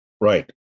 Right